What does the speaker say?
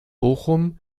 bochum